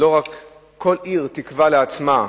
שכל עיר תקבע לעצמה,